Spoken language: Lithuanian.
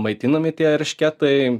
maitinami tie eršketai